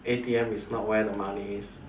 A_T_M is not where the money is